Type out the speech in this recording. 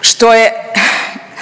što je